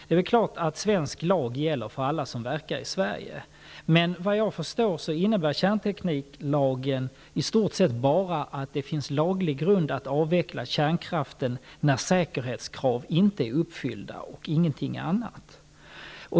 Det är väl klart att svensk lag gäller för alla som verkar i Sverige, men vad jag förstår innebär kärntekniklagen i stort sett att det finns laglig grund för att avveckla kärnkraften endast när säkerhetskrav inte är uppfyllda och ingenting annat.